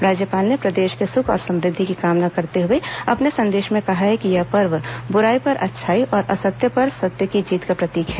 राज्यपाल ने प्रदेश के सुख और समृद्धि की कामना करते हुए अपने संदेश में कहा है कि यह पर्व बुराई पर अच्छाई और असत्य पर सत्य की जीत का प्रतीक है